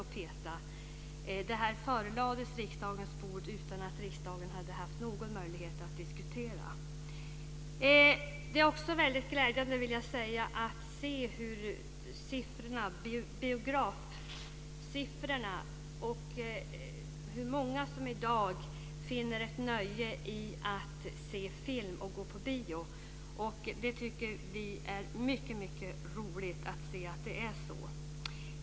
Detta avtal lades på riksdagens bord utan att riksdagen hade haft någon möjlighet att diskutera det. Jag vill också säga att det är väldigt glädjande att se besökssiffrorna på biograferna. Det är många som i dag finner ett nöje i att gå på bio och se film. Vi tycker att det är mycket roligt att det är så.